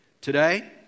today